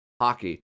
hockey